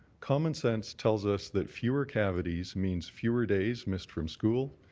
common sense tells us that fewer cavities means fewer days missed from school,